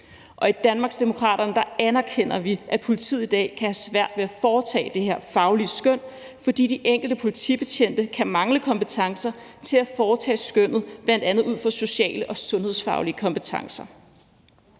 i Danmarksdemokraterne anerkender vi, at politiet i dag kan have svært ved at foretage det her faglige skøn, fordi de enkelte politibetjente kan mangle kompetencer til at foretage skønnet, bl.a. ud fra sociale og sundhedsfaglige kompetencer.